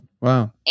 wow